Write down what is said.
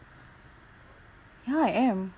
ya I am